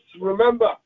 remember